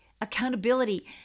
accountability